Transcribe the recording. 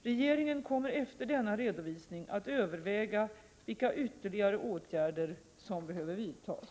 Regeringen kommer efter denna redovisning att överväga vilka ytterligare åtgärder som behöver vidtas.